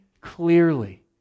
clearly